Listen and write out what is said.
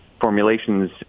formulations